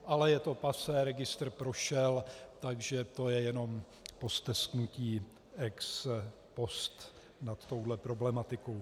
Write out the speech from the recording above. Ale je to passé, registr prošel, takže to je jenom postesknutí ex post nad touhle problematikou.